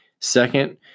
Second